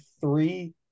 three